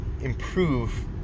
improve